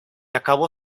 acabó